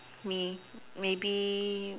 me maybe